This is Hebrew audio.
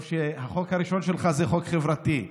טוב שהחוק הראשון שלך הוא חוק חברתי,